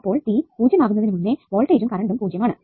അപ്പോൾ t 0 ആകുന്നതിനു മുന്നേ വോൾട്ടേജും കറണ്ടും 0 ആണ്